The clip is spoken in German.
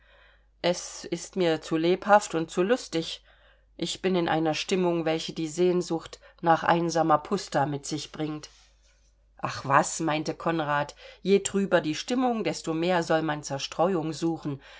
es ist mir zu lebhaft und zu lustig ich bin in einer stimmung welche die sehnsucht nach einsamer pußta mit sich bringt ach was meinte konrad je trüber die stimmung desto mehr soll man zerstreuung suchen